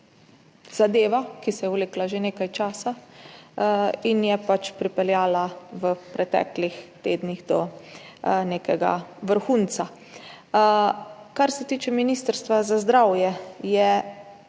zadeva, ki se je vlekla že nekaj časa in je v preteklih tednih pripeljala do nekega vrhunca. Kar se tiče Ministrstva za zdravje, je